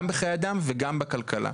גם בחיי אדם וגם בכלכלה,